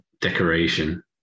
decoration